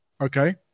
Okay